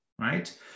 right